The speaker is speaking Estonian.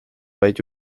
vaid